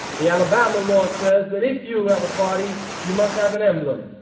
the alabama law says that if you have a party, you must have an emblem.